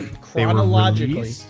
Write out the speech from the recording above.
chronologically